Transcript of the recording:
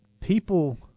people